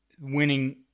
winning